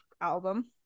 album